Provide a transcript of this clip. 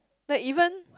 like even